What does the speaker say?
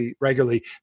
regularly